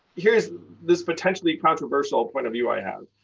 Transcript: here's this potentially controversial point of view i have,